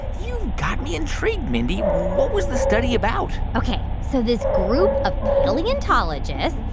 you've got me intrigued, mindy. what was the study about? ok. so this group of paleontologists.